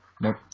Nope